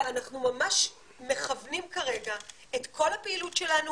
ואנחנו ממש מכוונים כרגע את כל הפעילות שלנו